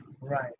right